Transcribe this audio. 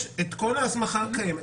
יש את כל ההסמכה הקיימת.